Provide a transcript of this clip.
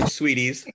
sweeties